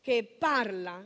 che parla